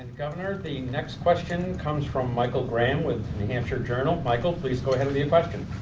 and governor, the next question comes from michael graham with new hampshire journal. michael, please go ahead with your question.